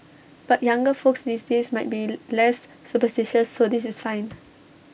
but younger folks these days might be less superstitious so this is fine